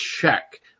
check